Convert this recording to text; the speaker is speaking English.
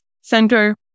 center